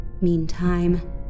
Meantime